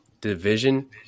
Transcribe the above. division